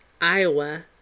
Iowa